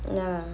ya